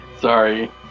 Sorry